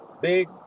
Big